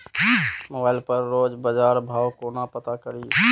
Mobile पर रोज बजार भाव कोना पता करि?